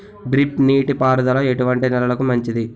Drip నీటి పారుదల ఎటువంటి నెలలకు మంచిది?